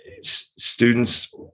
students